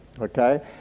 Okay